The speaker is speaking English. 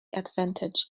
advantage